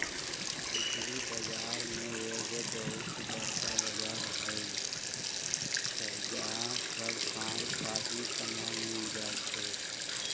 गुदरी बजार में एगो बहुत बरका बजार होइ छइ जहा सब काम काजी समान मिल जाइ छइ